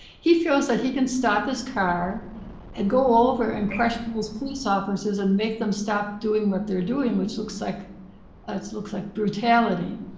he feels that he can stop his car and go over and crush those police officers and make them stop doing what they're doing, which looks like, ah that looks like brutality.